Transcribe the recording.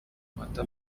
amata